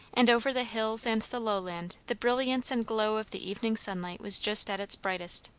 and over the hills and the lowland the brilliance and glow of the evening sunlight was just at its brightest.